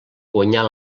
guanyar